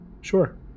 Sure